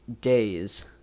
days